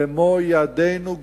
במו ידינו,